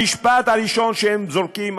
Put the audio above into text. המשפט הראשון שהם זורקים,